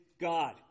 God